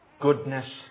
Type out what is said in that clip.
goodness